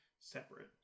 separate